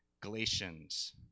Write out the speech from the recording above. Galatians